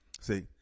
See